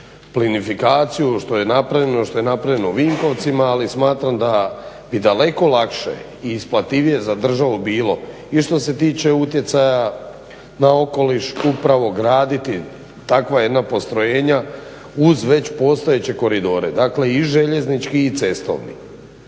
napravljeno, što je napravljeno u Vinkovcima, ali smatram da bi daleko lakše i isplativije za državu bilo i što se tiče utjecaja na okoliš upravo graditi takva jedna postrojenja uz već postojeće koridore. Dakle, i željeznički i cestovni.